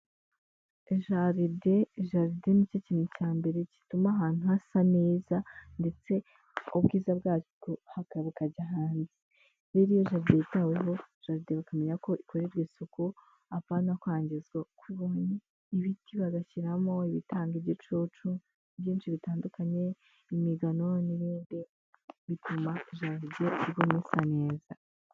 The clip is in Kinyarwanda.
Jaride, jaride ni cyo kintu cya mbere gituma ahantu hasa neza, ndetse ubwiza bwacyo bukajya hanze. Rero iyo jaride yitaweho, jaride bakamenya ko ikorerwa isuku, apana kwangizwa uko ibonye, ibiti bagashyiramo ibitanga igicucu. Byinshi bitandukanye, imigano, n'ibindi bituma jaride iguma isa neza.